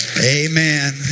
Amen